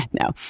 No